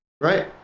Right